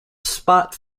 spot